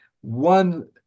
One